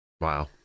Wow